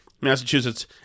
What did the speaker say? Massachusetts